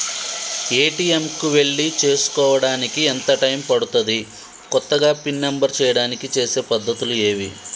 ATM కు వెళ్లి చేసుకోవడానికి ఎంత టైం పడుతది? కొత్తగా పిన్ నంబర్ చేయడానికి చేసే పద్ధతులు ఏవి?